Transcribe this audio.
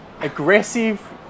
aggressive